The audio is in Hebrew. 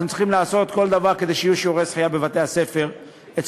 אתם צריכים לעשות כל דבר כדי שיהיו שיעורי שחייה בבתי-הספר אצלכם,